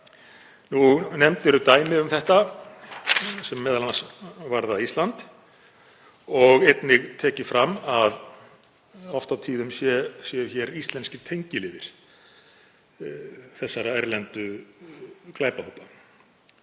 Nefnd eru dæmi um þetta sem m.a. varða Ísland og einnig tekið fram að oft og tíðum séu hér íslenskir tengiliðir þessara erlendu glæpahópa.